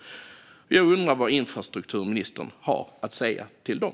Jag undrar vad infrastrukturministern har att säga till dem.